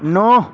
ਨੌਂ